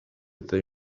they